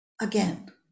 again